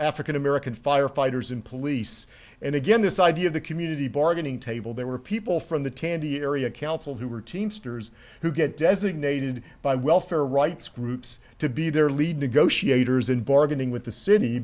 african american firefighters and police and again this idea of the community bargaining table there were people from the tandy area council who were teamsters who get designated by welfare rights groups to be their lead negotiators in bargaining with the city